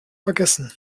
vergessen